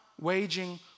waging